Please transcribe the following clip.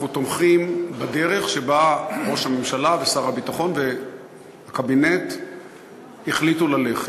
אנחנו תומכים בדרך שבה ראש הממשלה ושר הביטחון והקבינט החליטו ללכת,